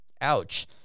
Ouch